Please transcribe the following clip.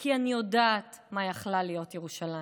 כי אני יודעת מה יכלה להיות ירושלים.